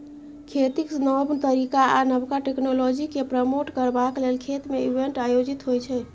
खेतीक नब तरीका आ नबका टेक्नोलॉजीकेँ प्रमोट करबाक लेल खेत मे इवेंट आयोजित होइ छै